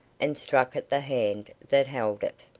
and struck at the hand that held it.